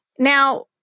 Now